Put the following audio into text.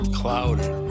clouded